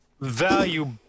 value